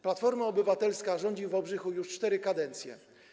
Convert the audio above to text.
Platforma Obywatelska rządzi w Wałbrzychu już cztery kadencje.